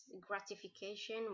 gratification